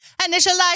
Initialize